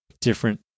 different